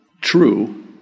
True